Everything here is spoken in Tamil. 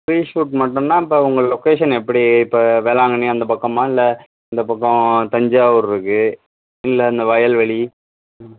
பிரீ ஷூட் மட்டும்னால் இப்போ உங்க லொகேஷன் எப்படி இப்போ வேளாங்கண்ணி அந்தப்பக்கமாக இல்லை இந்த பக்கம் தஞ்சாவூரிருக்கு இல்லை அந்த வயல்வெளி